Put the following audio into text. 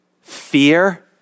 Fear